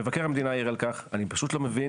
מבקר המדינה העיר על כך ואני פשוט לא מבין